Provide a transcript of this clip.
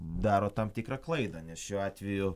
daro tam tikrą klaidą nes šiuo atveju